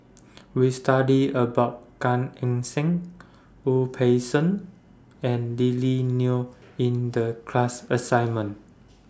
We studied about Gan Eng Seng Wu Peng Seng and Lily Neo in The class assignment